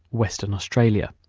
western australia